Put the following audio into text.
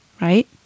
Right